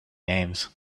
names